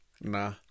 Nah